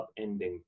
upending